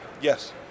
yes